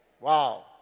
Wow